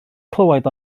clywed